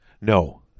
No